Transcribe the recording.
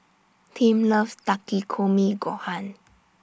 Tim loves Takikomi Gohan